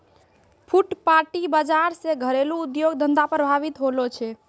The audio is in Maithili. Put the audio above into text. फुटपाटी बाजार से घरेलू उद्योग धंधा प्रभावित होलो छै